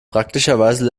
praktischerweise